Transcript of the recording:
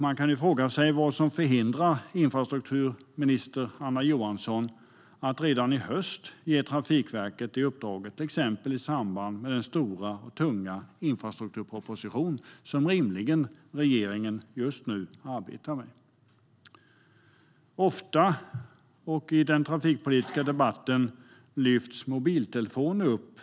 Man kan fråga sig vad som förhindrar infrastrukturminister Anna Johansson att redan i höst ge Trafikverket det uppdraget, till exempel i samband med den stora och tunga infrastrukturproposition som regeringen rimligen just nu arbetar med. Ofta och i den trafikpolitiska debatten lyfts frågan om användandet av mobiltelefoner upp.